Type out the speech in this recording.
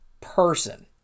person